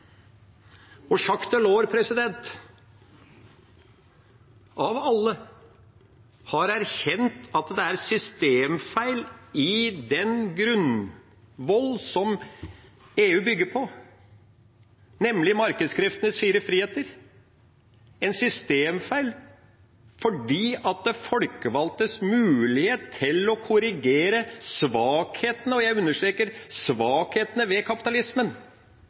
Jacques Delors – av alle – har erkjent at det er en systemfeil i den grunnvollen som EU bygger på, nemlig markedskreftenes fire friheter, en systemfeil med hensyn til de folkevalgtes mulighet til å korrigere svakhetene – og jeg understreker svakhetene – ved kapitalismen.